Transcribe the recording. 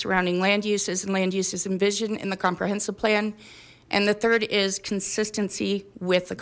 surrounding land uses and land uses envisioned in the comprehensive plan and the third is consistency with the